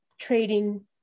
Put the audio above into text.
trading